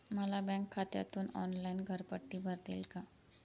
मला बँक खात्यातून ऑनलाइन घरपट्टी भरता येईल का?